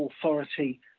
authority